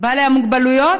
בעלי המוגבלויות,